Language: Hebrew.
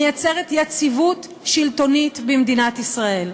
מייצרת יציבות שלטונית במדינת ישראל.